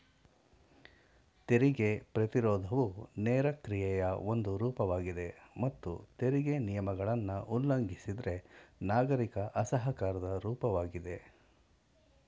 ತೆರಿಗೆ ಪ್ರತಿರೋಧವು ನೇರ ಕ್ರಿಯೆಯ ಒಂದು ರೂಪವಾಗಿದೆ ಮತ್ತು ತೆರಿಗೆ ನಿಯಮಗಳನ್ನ ಉಲ್ಲಂಘಿಸಿದ್ರೆ ನಾಗರಿಕ ಅಸಹಕಾರದ ರೂಪವಾಗಿದೆ